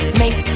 make